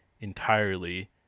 entirely